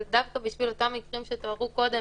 אבל דווקא בשביל אותם מקרים שתוארו קודם,